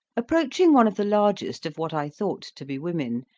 approaching one of the largest of what i thought to be women,